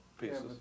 pieces